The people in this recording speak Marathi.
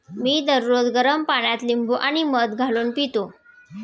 मी दररोज गरम पाण्यात लिंबू आणि मध घालून पितो